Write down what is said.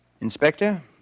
Inspector